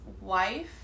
wife